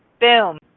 boom